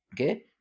Okay